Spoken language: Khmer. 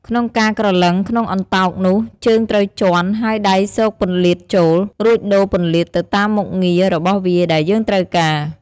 ក្នុងការក្រឡឹងក្នុងអន្ទោកនោះ ជើងត្រូវជាន់ ហើយដៃស៊កពន្លាកចូល រួចដូរពន្លាកទៅតាមមុខងាររបស់វាដែលយើងត្រូវការ។